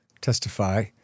testify